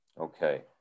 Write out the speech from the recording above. Okay